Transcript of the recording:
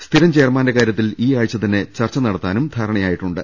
സ്ഥിരം ചെയർമാന്റെ കാര്യത്തിൽ ഈ ആഴ്ച്ച തന്നെ ചർച്ച നടത്താനും ധാരണയായിട്ടുണ്ട്